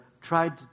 tried